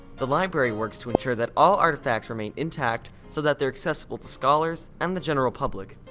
the library works to ensure that all artifacts remain intact so that they're accessible to scholars and the general public.